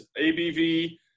ABV